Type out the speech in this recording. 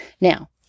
Now